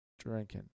drinking